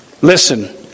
Listen